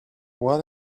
what